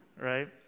Right